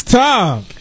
time